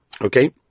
Okay